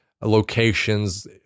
locations